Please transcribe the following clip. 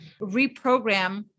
reprogram